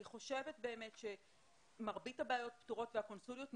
אני חושבת שמרבית הבעיות פתורות והקונסוליות נפתחו,